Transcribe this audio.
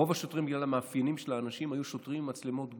בגלל המאפיינים של האנשים, היו עם מצלמות גוף.